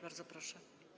Bardzo proszę.